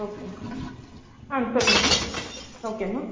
ஓகேம்மா ஆ சொல்லுங்கம்மா ஓகேம்மா